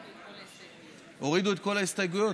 הורידו את כל ההסתייגויות?